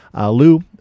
Lou